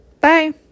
Bye